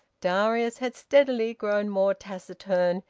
darius had steadily grown more taciturn,